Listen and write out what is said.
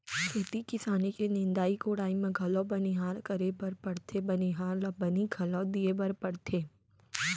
खेती किसानी के निंदाई कोड़ाई म घलौ बनिहार करे बर परथे बनिहार ल बनी घलौ दिये बर परथे